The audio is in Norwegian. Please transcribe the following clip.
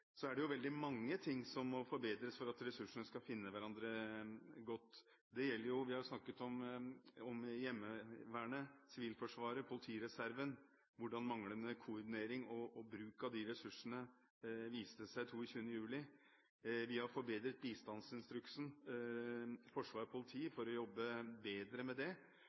er det veldig mange ting som må forbedres for at ressursene skal finne hverandre. Det gjelder jo det vi har snakket om; Heimevernet, Sivilforsvaret, politireserven, om hvordan manglende koordinering og bruk av de ressursene viste seg 22. juli. Vi har forbedret bistandsinstruksen, forsvar og politi for å jobbe bedre med det,